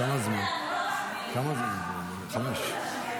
לא כולנו אחמד.